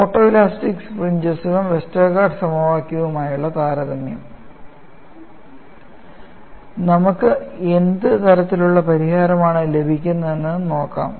photoelastic ഫ്രഞ്ച്സുകളും Westergaard സമവാക്യവുമായി താരതമ്യം നമുക്ക് എന്ത് തരത്തിലുള്ള പരിഹാരമാണ് ലഭിക്കുന്നതെന്ന് നോക്കാം